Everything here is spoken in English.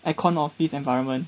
air-con office environment